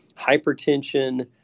hypertension